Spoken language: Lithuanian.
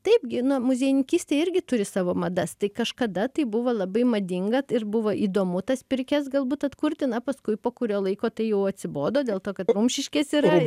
taip gi na muziejininkystė irgi turi savo madas tai kažkada tai buvo labai madinga ir buvo įdomu tas pirkias galbūt atkurti na paskui po kurio laiko tai jau atsibodo dėl to kad rumšiškės yra